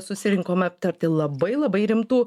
susirinkom aptarti labai labai rimtų